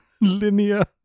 linear